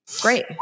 great